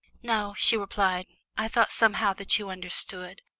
no, she replied i thought somehow that you understood.